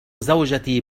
زوجتي